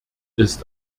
ist